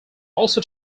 also